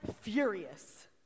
furious